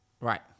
Right